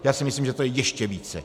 Já si myslím, že to je ještě více.